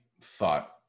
thought